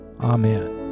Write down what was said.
Amen